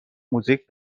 موزیک